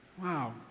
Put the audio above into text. Wow